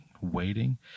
waiting